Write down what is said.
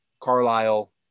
Carlisle